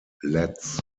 letts